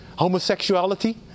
homosexuality